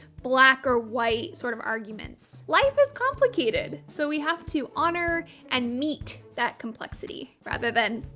black or white sort of arguments. life is complicated. so we have to honor and meet that complexity rather than,